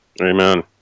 Amen